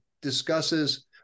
discusses